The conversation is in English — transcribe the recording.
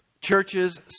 Churches